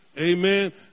Amen